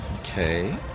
Okay